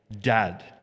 dad